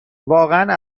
واقعا